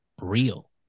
real